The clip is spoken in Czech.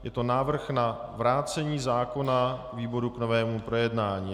Je to návrh na vrácení zákona výboru k novému projednání.